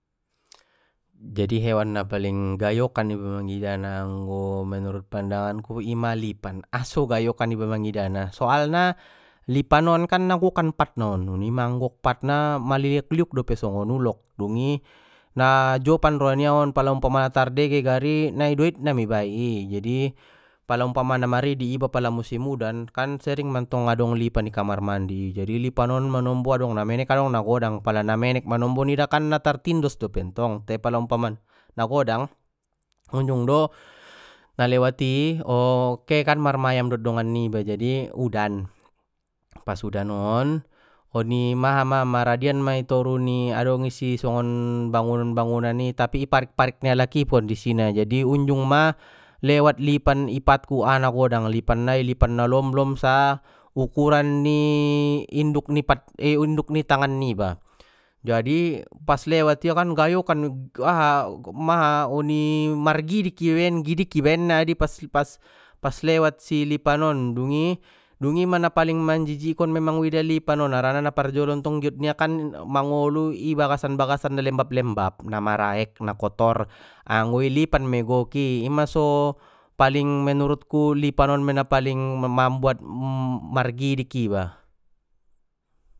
Jadi hewan na paling gayokan iba mangidana anggo menurut pandanganku ima lipan aso gayokan iba mangidana soalna lipan on kan na gokan pat na on oni manggok patna maliuk liuk dope songon ulok dungi na jopan roai nia on pala umpama tardege gari na doit na mei ibai i jadi pala umpama maridi iba pala musim udan kan sering mantong adong lipan i kamar mandi jadi lipan on manombo adong na menek adong na godang pala namenek manombo nidakan na tar tindos dope ntong te pala umpama na godang, unjung do, nalewat i ke kan marmayam dot dongan niba jadi udan, pas udan on oni maha ma maradian ma ditoru adong isi songon bangun bangunan i tapi i parik parik ni alak i kondisi na jadi unjung ma lewat lipan i patku ana godang lipan nai lipan nalomlom sa ukuran ni, induk ni pat induk ni tangan niba jadi pas lewat ia kan gayokan aha maha oni margidik gidik ibaen na adi pas-pas lewat si lipan on dungi-dungi na paling menjijikkon memang uida lipan on harana naprjolo ntong giot nia kan mangolu i bagasan bagasan na lembab lembab na maraek na kotor anggo i lipan mei gok i ima so, paling menurutku lipan on mei na paling mambuat margidik iba.